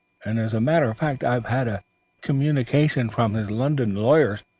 and as a matter of fact i've had a communication from his london lawyers,